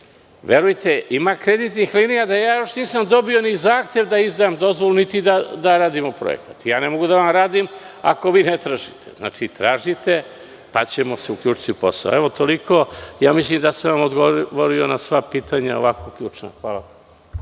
tražili. Verujte, ima kreditnih linija da ja još nisam dobio ni zahtev da izdam dozvolu, niti da radimo projekat. Ne mogu da vam radim ako vi ne tražite. Tražite, pa ćemo se uključiti u posao. Toliko. Mislim da sam vam odgovorio na sva ključna pitanja.